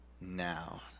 now